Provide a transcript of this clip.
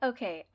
Okay